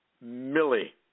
Millie